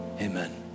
amen